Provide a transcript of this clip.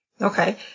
Okay